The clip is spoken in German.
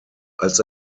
als